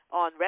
on